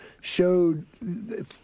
showed